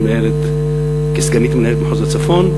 כסגנית מנהלת מחוז הצפון,